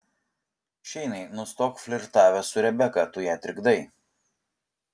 šeinai nustok flirtavęs su rebeka tu ją trikdai